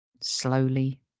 slowly